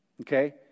Okay